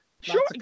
Sure